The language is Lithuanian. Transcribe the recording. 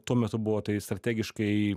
tuo metu buvo tai strategiškai